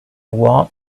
want